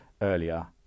earlier